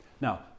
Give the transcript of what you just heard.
Now